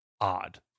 odd